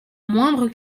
moindre